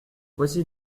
voici